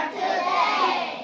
today